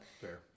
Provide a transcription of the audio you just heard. Fair